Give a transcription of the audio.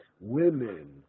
women